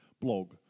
blog